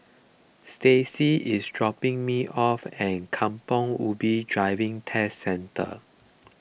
Staci is dropping me off at Kampong Ubi Driving Test Centre